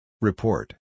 Report